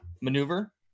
maneuver